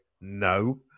no